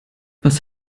was